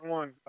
one